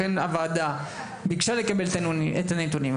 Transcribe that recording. לכן הוועדה ביקשה לקבל את הנתונים,